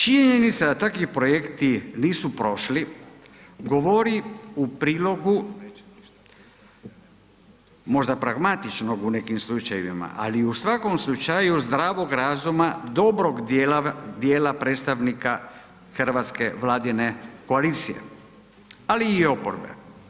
Činjenica da takvi projekti nisu prošli govori u prilogu možda pragmatičnog u nekim slučajevima ali u svakom slučaju zdravog razuma, dobrog dijela predstavnika hrvatske Vladine koalicije ali i oporbe.